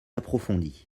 approfondie